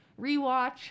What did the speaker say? rewatch